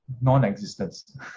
non-existence